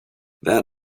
that